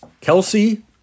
Kelsey